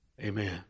amen